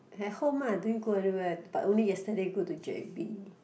at home uh I didn't go anywhere but only yesterday go to J_B